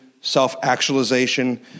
self-actualization